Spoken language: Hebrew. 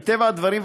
מטבע הדברים,